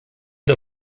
der